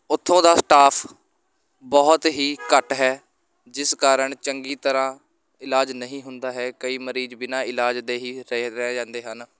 ਉੱਥੋਂ ਦਾ ਸਟਾਫ ਬਹੁਤ ਹੀ ਘੱਟ ਹੈ ਜਿਸ ਕਾਰਨ ਚੰਗੀ ਤਰ੍ਹਾਂ ਇਲਾਜ ਨਹੀਂ ਹੁੰਦਾ ਹੈ ਕਈ ਮਰੀਜ਼ ਬਿਨਾ ਇਲਾਜ ਦੇ ਹੀ ਰਹੇ ਰਹਿ ਜਾਂਦੇ ਹਨ